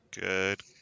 Good